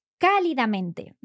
cálidamente